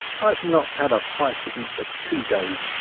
aiave not had a bite to eat for two days.